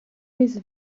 his